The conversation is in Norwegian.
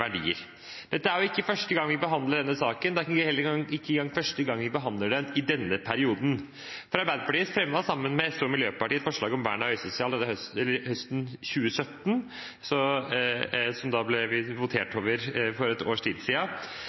verdier. Dette er jo ikke første gang vi behandler denne saken – det er ikke engang første gang vi behandler den i denne perioden, for Arbeiderpartiet fremmet sammen med SV og Miljøpartiet De Grønne et forslag om vern av Øystesevassdraget høsten 2017, som ble votert over for et års tid